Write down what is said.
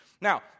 Now